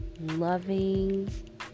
loving